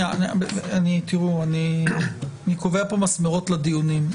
מכובדיי, אני קובע פה מסמרות לדיונים.